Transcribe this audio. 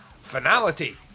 finality